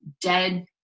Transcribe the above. dead